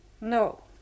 No